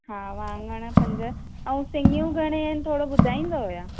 हा वाङण पंज ऐं सिङियूं घणे आहिनि थोरो ॿुधाईंदव या